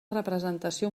representació